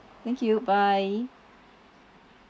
thank you bye